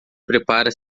prepara